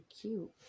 cute